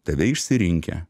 tave išsirinkę